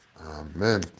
Amen